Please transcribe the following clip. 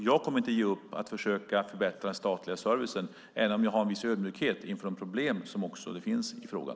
Jag kommer inte att ge upp när det gäller att försöka förbättra den statliga servicen, även om jag känner viss ödmjukhet inför de problem som finns i frågan.